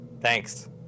thanks